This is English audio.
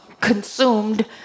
consumed